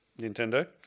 Nintendo